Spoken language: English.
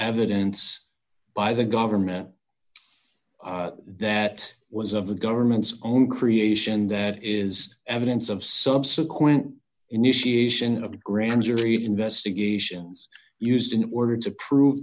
evidence by the government that was of the government's own creation that is evidence of subsequent initiation of a grand jury investigations used in order to prove